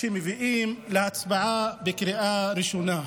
שמביאים להצבעה בקריאה ראשונה.